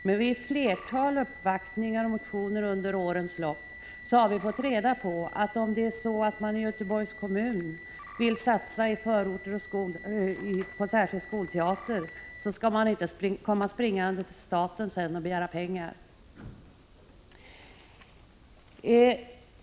Men vid ett flertal uppvaktningar och behandlingar av motioner under årens lopp har vi fått veta: Om man i Göteborgs kommun vill satsa på särskild skolteater, skall man inte sedan komma springande till staten och begära pengar.